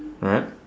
right